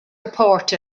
report